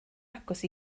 agos